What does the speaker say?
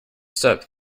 step